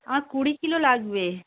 আমার কুড়ি কিলো লাগবে